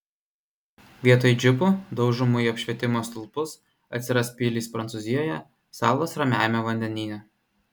vietoj džipų daužomų į apšvietimo stulpus atsiras pilys prancūzijoje salos ramiajame vandenyne